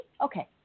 Okay